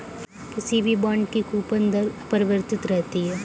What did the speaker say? किसी भी बॉन्ड की कूपन दर अपरिवर्तित रहती है